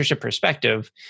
perspective